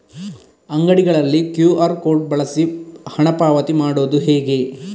ಅಂಗಡಿಗಳಲ್ಲಿ QR code ಬಳಸಿ ಹಣ ಪಾವತಿ ಮಾಡೋದು ಹೇಗೆ?